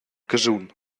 caschun